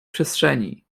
przestrzeni